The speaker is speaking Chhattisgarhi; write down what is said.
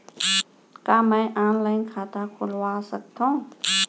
का मैं ऑनलाइन खाता खोलवा सकथव?